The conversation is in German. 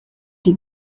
die